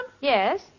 Yes